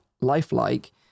lifelike